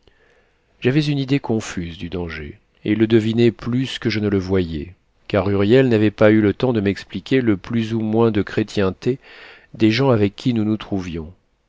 j'avais une idée confuse du danger et le devinais plus que je ne le voyais car huriel n'avait pas eu le temps de m'expliquer le plus ou moins de chrétienté des gens avec qui nous nous trouvions